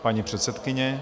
Paní předsedkyně.